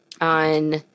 on